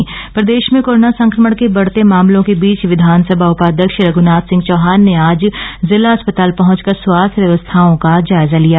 निरीक्षण प्रदेश में कोरोना संक्रमण के बढ़ते मामलों के बीच विंधानसभा उपाध्यक्ष रघुनाथ सिंह चौहान ने आज जिला अस्पताल पहुॅच कर स्वास्थ्य व्यवस्थाओं का जायजा लिया